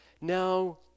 now